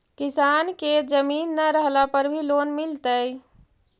किसान के जमीन न रहला पर भी लोन मिलतइ?